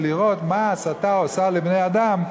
ולראות מה ההסתה עושה לבני-אדם.